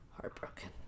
Heartbroken